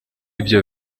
ibyo